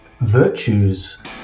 virtues